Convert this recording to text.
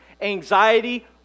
anxiety